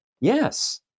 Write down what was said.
Yes